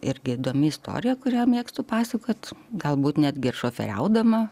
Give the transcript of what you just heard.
irgi įdomi istorija kurią mėgstu pasakot galbūt netgi ir šoferiaudama